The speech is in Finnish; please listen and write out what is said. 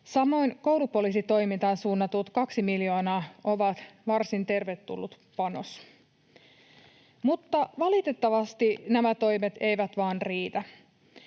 Samoin koulupoliisitoimintaan suunnattu kaksi miljoonaa on varsin tervetullut panos. Mutta valitettavasti nämä toimet eivät vain riitä.